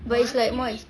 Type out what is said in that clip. but it's like more exp~